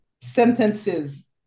sentences